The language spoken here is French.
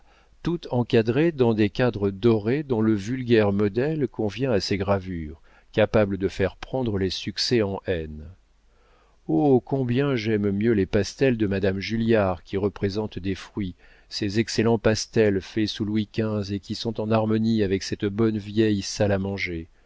toutes encadrées dans des cadres dorés dont le vulgaire modèle convient à ces gravures capables de faire prendre les succès en haine oh combien j'aime mieux les pastels de madame julliard qui représentent des fruits ces excellents pastels faits sous louis xv et qui sont en harmonie avec cette bonne vieille salle à manger